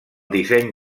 disseny